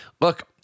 look